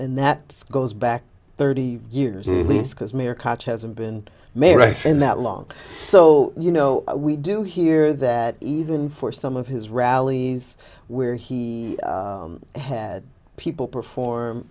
and that goes back thirty years at least because mayor catch hasn't been mayor right in that long so you know we do hear that even for some of his rallies where he had people perform